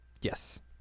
Yes